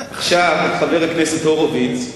חבר הכנסת הורוביץ,